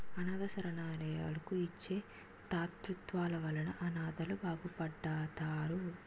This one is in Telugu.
అనాధ శరణాలయాలకు ఇచ్చే తాతృత్వాల వలన అనాధలు బాగుపడతారు